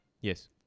Yes